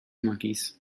monkeys